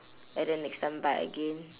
and then next time buy again